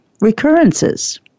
recurrences